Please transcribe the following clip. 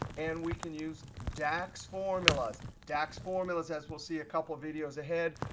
and we can use dax formulas. dax formulas, as we'll see a couple of videos ahead,